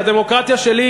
היא הדמוקרטיה שלי,